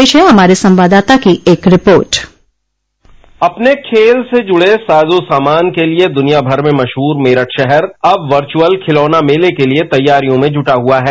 पेश है हमारे संवाददाता की एक रिपोर्ट अपने खेल से जुड़े साजो सामान के लिए दुनिया भर में मशहूर मेरठ शहर अब वर्चुअल खिलौना मेले के लिए तैयारियों में जुटा है